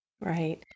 Right